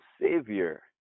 Savior